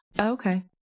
Okay